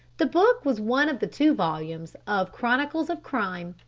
the book was one of the two volumes of chronicles of crime,